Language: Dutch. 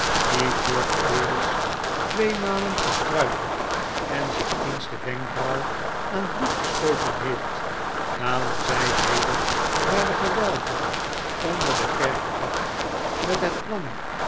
niet voor dat durdels twee malen gestruikeld en zich eens de wenkbrauw aan bloed gestooten heeft dalen zij weder naar de gewelven onder de kerk af met het plan